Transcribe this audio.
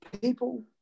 people